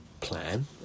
plan